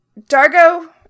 Dargo